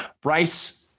Bryce